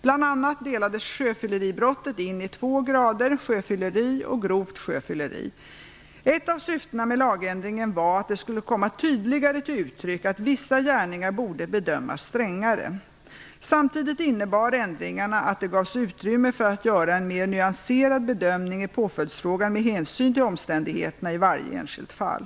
Bl.a. delades sjöfylleribrottet in i två grader, sjöfylleri och grovt sjöfylleri. Ett av syftena med lagändringen var att det skulle komma tydligare till uttryck att vissa gärningar borde bedömas strängare. Samtidigt innebar ändringarna att det gavs utrymme för att göra en mer nyanserad bedömning i påföljdsfrågan med hänsyn till omständigheterna i varje enskilt fall.